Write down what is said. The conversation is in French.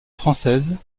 françaises